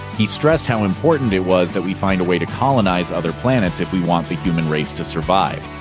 he stressed how important it was that we find a way to colonize other planets if we want the human race to survive.